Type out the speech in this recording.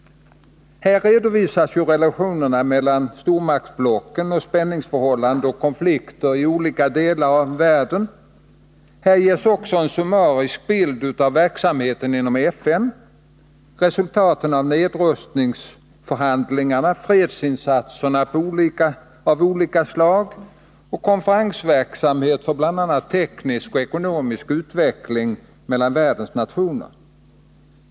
Här redovisas relationerna mellan stormaktsblocken och spänningsförhållanden och konflikter i olika delar av världen. Här ges också en summarisk bild av verksamheten inom FN -— resultaten av nedrustningsförhandlingar, fredsinsatser av olika slag och konferensverksamhet för bl.a. teknisk och ekonomisk samverkan mellan världens nationer.